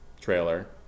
trailer